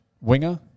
winger